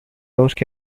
وشك